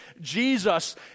Jesus